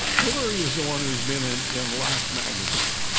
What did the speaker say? hillary is the one who's been in in life magazine.